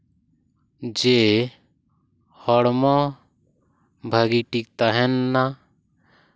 ᱡᱮ ᱦᱚᱲᱢᱚ ᱵᱷᱟᱜᱮᱴᱷᱤᱠ ᱛᱟᱦᱮᱱ ᱢᱟ